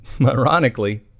ironically